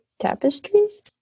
tapestries